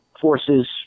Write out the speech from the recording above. forces